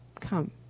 Come